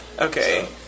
Okay